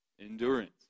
Endurance